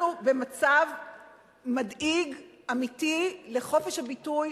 אנחנו במצב מדאיג אמיתי לחופש הביטוי,